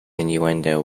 innuendo